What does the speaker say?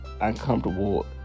uncomfortable